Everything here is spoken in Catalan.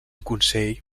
consell